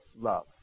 love